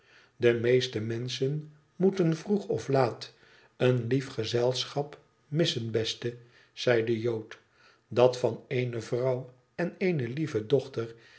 de meeste menschen moeten vroeg of laat een lief gezelschap missen beste zei de jood dat van eene vrouw en eene lieve dochter